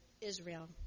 Israel